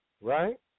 right